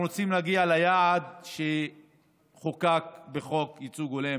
אנחנו רוצים להגיע ליעד שחוקק בחוק ייצוג הולם